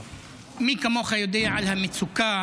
מי כמוך יודע על המצוקה